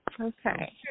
Okay